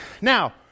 Now